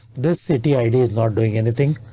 this city id is not doing anything.